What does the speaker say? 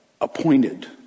appointed